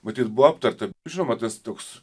matyt buvo aptarta žinoma tas toks